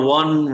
one